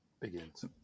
begins